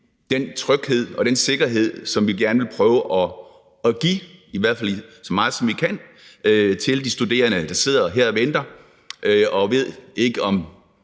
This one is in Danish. den tryghed og den sikkerhed, som vi gerne vil prøve at give, i hvert fald så godt, vi kan, til de studerende, der sidder og venter og ikke